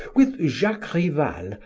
with jacques rival,